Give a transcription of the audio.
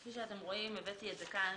כפי שאתם רואים, הבאתי את זה כאן.